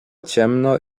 ciemno